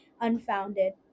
Unfounded